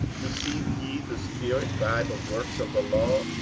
received ye the spirit by the works of the law,